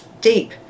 deep